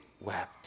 wept